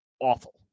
awful